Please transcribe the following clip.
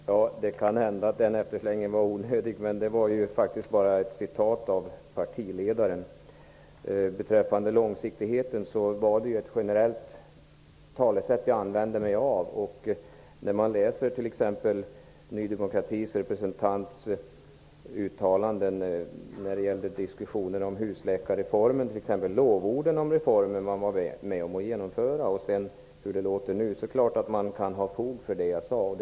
Herr talman! Det kan hända att den efterslängen var onödig. Men det var faktiskt bara ett citat från partiledaren. Beträffande långsiktigheten använder jag mig av ett generellt talesätt. När man t.ex. har läst uttalanden från Ny demokratis representant om diskussionerna om husläkarreformen, framgår det att Ny demokrati har lovordat den reform de var med om att genomföra. Hör hur det låter nu. Då kan det finnas fog för det jag har sagt.